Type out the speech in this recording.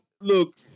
look